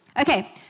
Okay